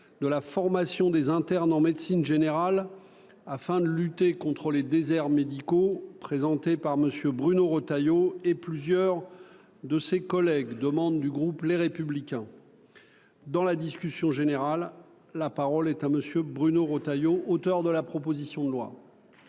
de la formation des internes en médecine générale afin de lutter contre les déserts médicaux présenté par Monsieur Bruno Retailleau et plusieurs de ses collègues demande du groupe, les républicains. Dans la discussion générale, la parole est à monsieur Bruno Retailleau, auteur de la proposition de loi.